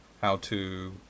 How-To